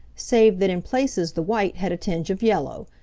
save that in places the white had a tinge of yellow,